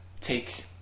take